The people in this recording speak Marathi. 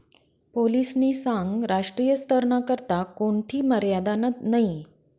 पोलीसनी सांगं राष्ट्रीय स्तरना करता कोणथी मर्यादा नयी